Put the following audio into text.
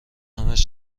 همش